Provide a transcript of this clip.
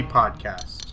podcast